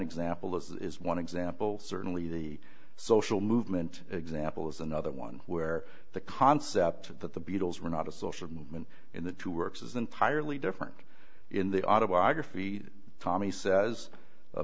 example is one example certainly the social movement example is another one where the concept that the beatles were not a social movement in the two works is entirely different in the autobiography tommy says